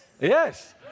Yes